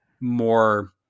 more